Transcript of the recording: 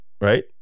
right